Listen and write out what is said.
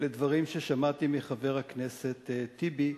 לדברים ששמעתי מחבר הכנסת טיבי,